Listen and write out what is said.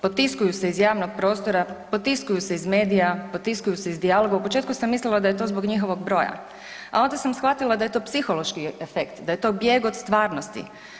Potiskuju se iz javnog prostora, potiskuju se iz medija, potiskuju se dijaloga, u početku sam mislila da je to zbog njihovog broja, a onda sam shvatila da je to psihološki efekt, da je to bijeg od stvarnosti.